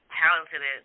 talented